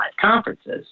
conferences